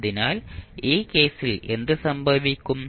അതിനാൽ ഈ കേസിൽ എന്ത് സംഭവിക്കും